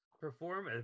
perform